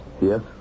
Yes